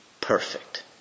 perfect